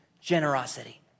generosity